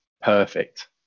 perfect